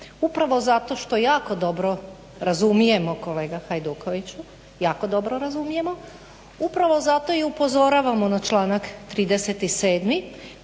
upravo zato što jako dobro razumijemo kolega Hajdukoviću, kolega Hajdukoviću jako dobro razumijemo upravo zato i upozoravamo na članak 37.